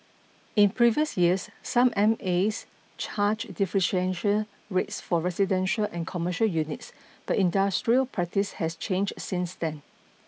in previous years some M As charged differentiated rates for residential and commercial units but industrial practice has changed since then